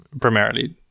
primarily